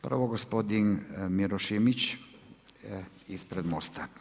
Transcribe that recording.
Prvo gospodin Miro Šimić ispred MOST-a.